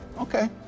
okay